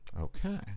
Okay